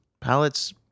Palettes